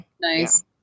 Nice